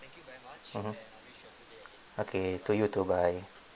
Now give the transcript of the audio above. mmhmm okay to you too bye